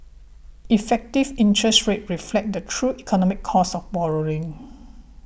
effective interest rates reflect the true economic cost of borrowing